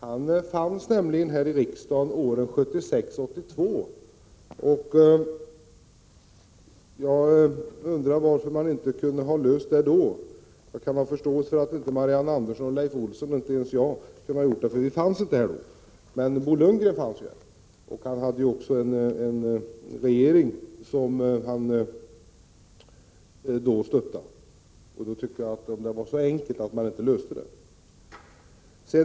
Han fanns nämligen här i riksdagen åren 1976-1982, och jag undrar varför man inte löste denna fråga då. Jag kan ha förståelse för att Marianne Andersson, Leif Olsson och inte ens jag kunde göra något då eftersom vi inte fanns här i riksdagen vid den tiden. Men Bo Lundgren fanns här, och vi hade då också en regering som han stödde. Om frågan är så enkel tycker jag att det är märkligt att man inte löste den då.